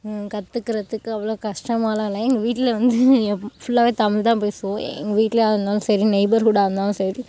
கற்றுக்கறதுக்கு அவ்வளோ கஷ்டமாயெலாம் இல்லை எங்கள் வீட்டில் வந்து எப் ஃபுல்லாகவே தமிழ் தான் பேசுவோம் எங்கள் வீட்டிலயா இருந்தாலும் சரி நெய்பர்ஹுட்டாக இருந்தாலும் சரி